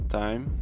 time